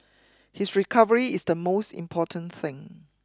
his recovery is the most important thing